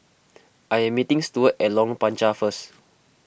I am meeting Steward at Lorong Panchar first